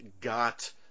got